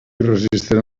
resistent